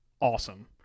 awesome